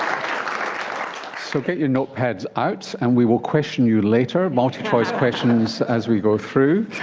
um so get your notepads out and we will question you later multi-choice questions as we go through.